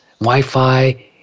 Wi-Fi